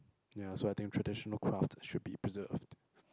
ya so I think traditional craft should be preserved